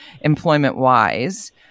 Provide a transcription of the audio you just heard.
employment-wise